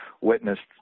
witnessed